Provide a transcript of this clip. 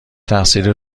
تقصیر